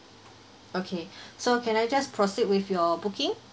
okay so can I just proceed with your booking